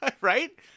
Right